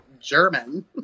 German